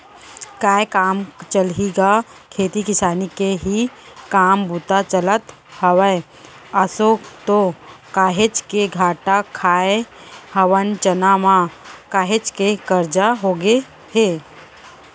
काय काम चलही गा खेती किसानी के ही काम बूता चलत हवय, आसो तो काहेच के घाटा खाय हवन चना म, काहेच के करजा होगे हे